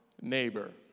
neighbor